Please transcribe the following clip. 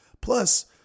Plus